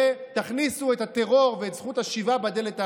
ותכניסו את הטרור ואת זכות השיבה בדלת האחורית.